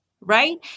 right